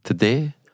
Today